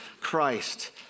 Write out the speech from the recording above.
Christ